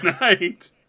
night